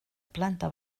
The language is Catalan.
planta